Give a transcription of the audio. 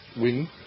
win